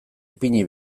ipini